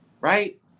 right